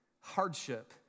hardship